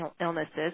illnesses